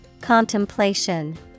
Contemplation